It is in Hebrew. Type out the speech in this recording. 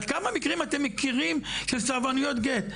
על כמה מקרים אתם מכירים של סרבנות גט?